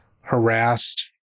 harassed